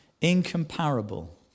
incomparable